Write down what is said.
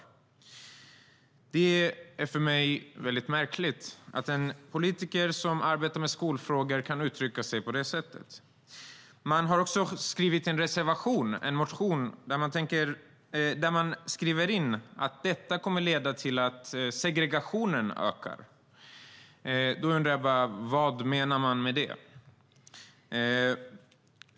"Man har också skrivit en reservation, en motion, där man skriver att detta kommer att leda till att segregationen ökar. Då undrar jag bara vad man menar med det.